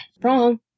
Wrong